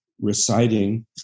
reciting